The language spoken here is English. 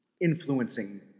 influencing